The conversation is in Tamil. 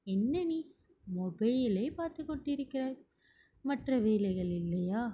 என்ன நீ மொபைலே பார்த்துக்கொண்டு இருக்கிறாய் மற்ற வேலைகள் இல்லையா